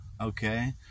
Okay